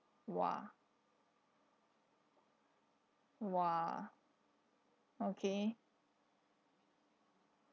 !wah! !wah! okay